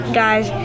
guys